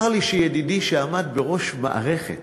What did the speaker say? צר לי שידידי, שעמד בראש מערכת